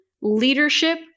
leadership